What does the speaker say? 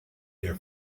their